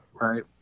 right